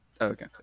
Okay